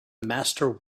master